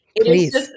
Please